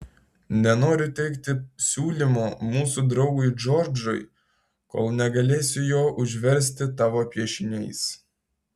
nenoriu teikti siūlymo mūsų draugui džordžui kol negalėsiu jo užversti tavo piešiniais